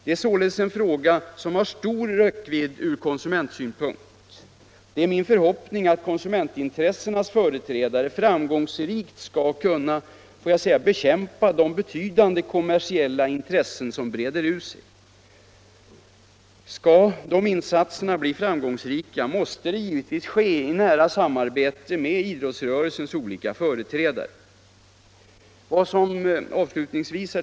Det är således en fråga som har stor räckvidd från konsumentsynpunkt. Det är min förhoppning att konsumentintressenas företrädare framgångsrikt skall kunna bekämpa de betydande kommersiella intressen som breder ut sig. Om dessa insatser skall bli framgångsrika måste de givetvis göras i nära samarbete med idrottsrörelsens olika företrädare. Herr talman!